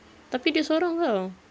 tapi dia sorang [tau]